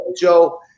Joe